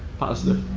positive.